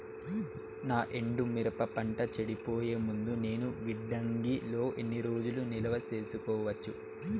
నా ఎండు మిరప పంట చెడిపోయే ముందు నేను గిడ్డంగి లో ఎన్ని రోజులు నిలువ సేసుకోవచ్చు?